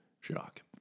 Shock